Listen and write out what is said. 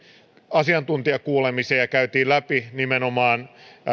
asiantuntijakuulemisia ja käytiin läpi nimenomaan